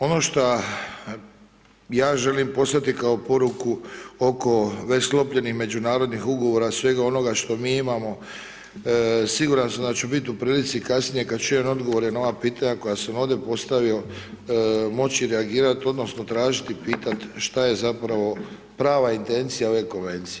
Ono šta ja želim poslati kao poruku oko već sklopljenih međunarodnih ugovora, svega onoga što mi imamo, siguran sam da ću biti u prilici kasnije kad čujem odgovore na ova pitanja koja sam ovde postavio, moći reagirat odnosno tražit i pitat šta je zapravo prava intencija ove konvencija.